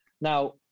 Now